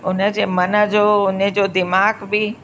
उनजे मनजो उनजो उनजो दीमाग़ु बि